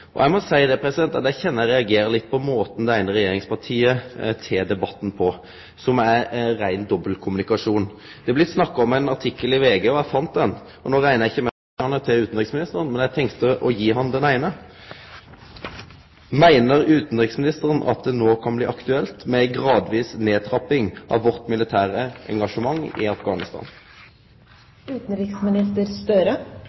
Eg må seie at eg kjenner eg reagerer litt på måten det eine regjeringspartiet tek debatten på, som er rein dobbeltkommunikasjon. Det har blitt snakka om ein artikkel i VG, og eg fann den artikkelen. No reknar eg ikkje med at SV tek replikk på statsråden. Dessverre tek det litt for lang tid å lese opp alle utfordringane til utanriksministeren, men eg tenkte å gi han denne: «Meiner utanriksministeren at det kan bli aktuelt